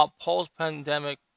post-pandemic